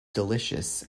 delicious